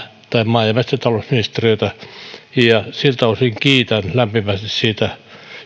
tai maa ja metsätalousministeriötä siltä osin kiitän lämpimästi siitä